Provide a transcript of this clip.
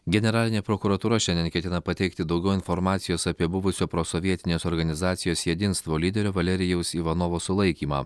generalinė prokuratūra šiandien ketina pateikti daugiau informacijos apie buvusio prosovietinės organizacijos jedinstvo lyderio valerijaus ivanovo sulaikymą